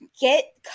get